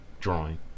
drawing